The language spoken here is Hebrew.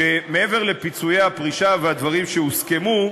שמעבר לפיצויי הפרישה והדברים שהוסכמו,